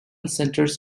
centres